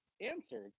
answered